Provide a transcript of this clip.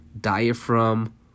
diaphragm